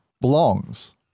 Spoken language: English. belongs